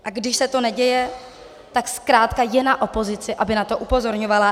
A když se to neděje, tak zkrátka je na opozici, aby na to upozorňovala.